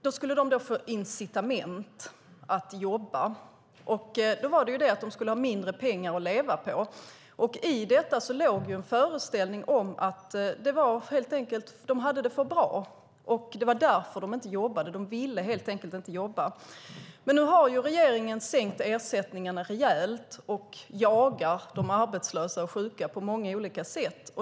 De skulle få incitament att jobba, och då var det att de skulle ha mindre pengar att leva på. I detta låg en föreställning om att de helt enkelt hade det för bra och att det var därför de inte jobbade. De ville helt enkelt inte jobba. Nu har dock regeringen sänkt ersättningarna rejält och jagar de arbetslösa och sjuka på många olika sätt.